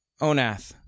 Onath